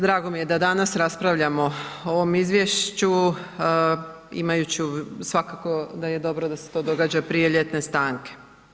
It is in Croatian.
Drago mi je da danas raspravljamo o ovom izvješću imajući svakako da je dobro da se to događa prije ljetne stanke.